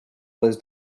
was